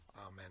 amen